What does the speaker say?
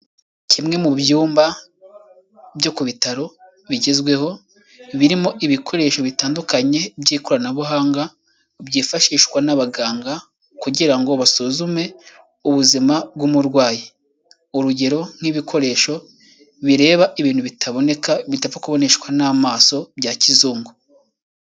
Kimwe mu byumba byo ku bitaro bigezweho birimo ibikoresho bitandukanye by'ikoranabuhanga byifashishwa n'abaganga kugira ngo basuzume ubuzima bw'umurwayi. Urugero: nk'ibikoresho bireba ibintu bitaboneka bitapfa kuboneshwa n'amaso bya kizungu.